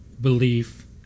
belief